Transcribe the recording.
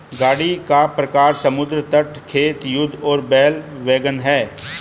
गाड़ी का प्रकार समुद्र तट, खेत, युद्ध और बैल वैगन है